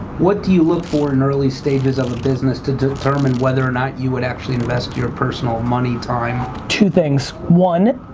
what do you look for in the early stages of a business to determine whether or not you would actually invest your personal money, time? two things, one